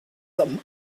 some